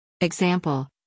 Example